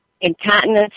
incontinence